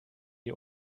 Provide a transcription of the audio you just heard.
die